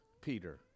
Peter